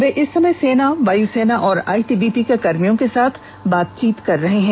वे इस समय सेना वायुसेना और आईटीबीपी के कर्मियों के साथ बातचीत कर रहे हैं